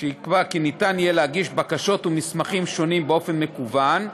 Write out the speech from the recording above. שיקבע כי ניתן יהיה להגיש בקשות ומסמכים שונים באופן מקוון,